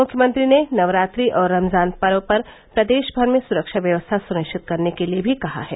मुख्यमंत्री ने नवरात्रि और रमजान पर्व पर प्रदेश भर में सुरक्षा व्यवस्था सुनिश्चित करने के लिये भी कहा है